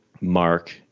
Mark